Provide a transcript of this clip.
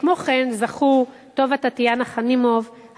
כמו כן זכו טובה טטיאנה חנימוב,